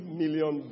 million